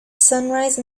sunrise